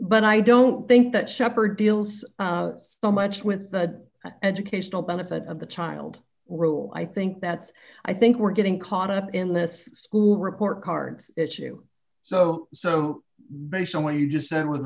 but i don't think that shepherd deals the much with the educational benefit of the child rule i think that's i think we're getting caught up in this school report cards issue so so based on what you just said with